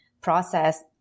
process